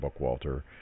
Bookwalter